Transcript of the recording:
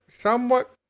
somewhat